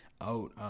out